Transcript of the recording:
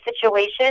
situation